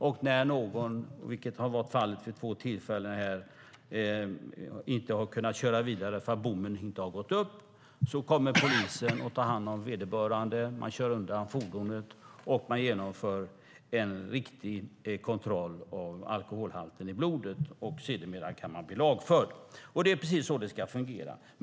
När någon inte har kunnat köra vidare för att bommen inte har fällts upp, vilket har varit fallet vid två tillfällen, kommer polisen och tar hand om vederbörande, kör undan fordonet och genomför en riktig kontroll av alkoholhalten i blodet, och vederbörande kan sedermera bli lagförd. Och det är precis så det ska fungera.